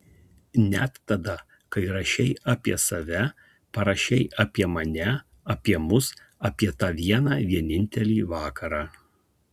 net tada kai rašei apie save parašei apie mane apie mus apie tą vieną vienintelį vakarą